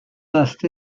vaste